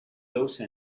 those